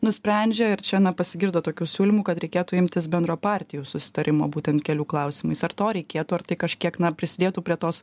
nusprendžia ir čia na pasigirdo tokių siūlymų kad reikėtų imtis bendro partijų susitarimo būtent kelių klausimais ar to reikėtų ar tai kažkiek prisidėtų prie tos